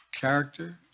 character